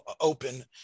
open